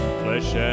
flesh